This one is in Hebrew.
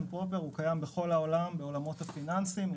הוא קיים בכל העולם בעולמות הפיננסיים,